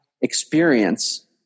experience